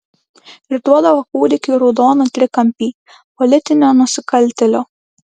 ir duodavo kūdikiui raudoną trikampį politinio nusikaltėlio